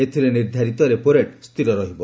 ଏଥିରେ ନିର୍ଦ୍ଧାରିତ ରେପୋରେଟ୍ ସ୍ଥିର ରହିବ